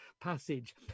passage